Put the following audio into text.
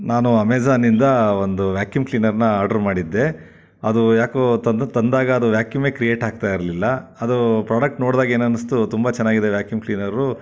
ನಾನು ಅಮೆಜಾನ್ನಿಂದ ಒಂದು ವ್ಯಾಕ್ಯೂಮೆ ಕ್ಲೀನರ್ನ ಆರ್ಡ್ರು ಮಾಡಿದ್ದೆ ಅದು ಯಾಕೋ ತಂದು ತಂದಾಗ ಅದು ವ್ಯಾಕ್ಯೂಮೆ ಕ್ರಿಯೇಟ್ ಆಗ್ತಾ ಇರಲಿಲ್ಲ ಅದು ಪ್ರೊಡಕ್ಟ್ ನೋಡಿದಾಗ ಏನು ಅನ್ನಿಸ್ತು ತುಂಬ ಚೆನ್ನಾಗಿದೆ ವ್ಯಾಕ್ಯೂಮ್ ಕ್ಲೀನರು